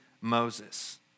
Moses